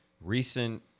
recent